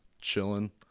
Chilling